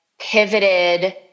pivoted